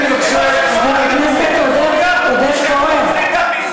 שומרים עליך מפני החברים שלך בסוריה,